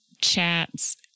chats